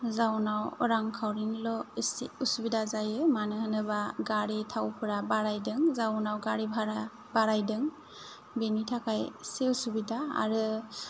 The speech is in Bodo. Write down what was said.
जाउनाव रांखाउरिनिल' एसे उसुबिदा जायो मानो होनोबा गारि थावफ्रा बारायदों जाउनाव गारि भारा बारायदों बेनि थाखाय एसे उसुबिदा आरो